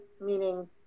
meaning